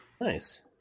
Nice